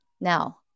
Now